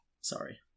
Sorry